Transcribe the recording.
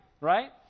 Right